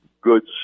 goods